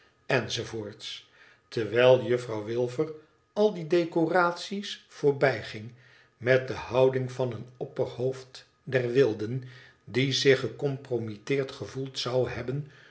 terwijl juffrouw wilfer al die decoraties voorbijging met de houding van een opperhoofd der wilden die zich gecompromitteerd gevoeld zou hebben